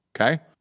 Okay